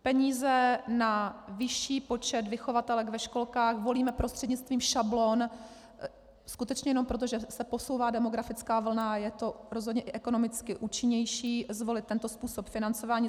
Peníze na vyšší počet vychovatelek ve školkách volíme prostřednictvím šablon skutečně jenom proto, že se posouvá demografická vlna a je rozhodně i ekonomicky účinnější zvolit tento způsob financování.